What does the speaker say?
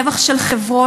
רווח של חברות,